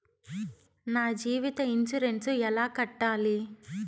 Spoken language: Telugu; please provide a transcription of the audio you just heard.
నా జీవిత ఇన్సూరెన్సు ఎలా కట్టాలి?